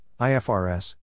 IFRS